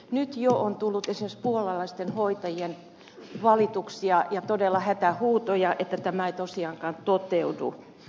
nyt jo on tullut esimerkiksi puolalaisten hoitajien valituksia ja todella hätähuutoja että tämä ei tosiaankaan toteudu